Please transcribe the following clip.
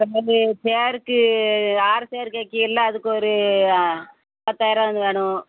சேருக்கு ஆறு சேரு கேக்கிகள அதுக்கொரு பத்தாயரரூவான்னு வேணும்